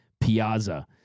Piazza